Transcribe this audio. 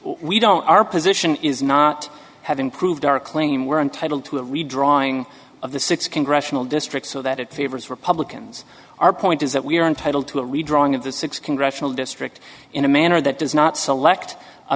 we don't our position is not have improved our claim we're entitled to a redrawing of the six congressional districts so that it favors republicans our point is that we are entitled to a redrawing of the six congressional district in a manner that does not select a